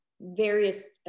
various